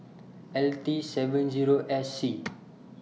L T seven Zero S C